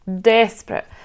Desperate